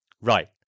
Right